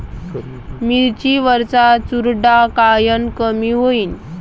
मिरची वरचा चुरडा कायनं कमी होईन?